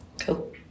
Cool